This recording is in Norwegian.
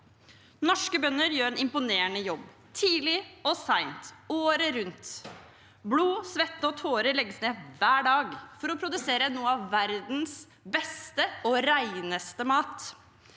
Norske bønder gjør en imponerende jobb, tidlig og sent, året rundt. Blod, svette og tårer legges ned hver dag for å produsere noe av verdens beste og reneste mat.